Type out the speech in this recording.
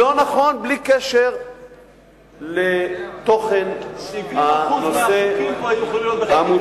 לא נכון, בלי קשר לתוכן הנושא המוצע.